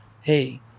hey